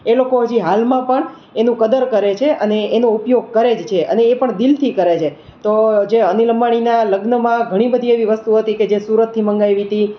એ લોકો હજી હાલમાં પણ એનું કદર કરે છે અને એનો ઉપયોગ કરે જ છે અને એ પણ દિલથી કરે છે તો જે અનિલ અંબાણીના લગ્નમાં ઘણી બધી એવી વસ્તુ હતી કે જે સુરતથી મંગાવી હતી